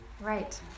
Right